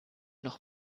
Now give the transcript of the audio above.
noch